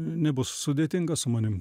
nebus sudėtinga su manim